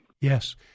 Yes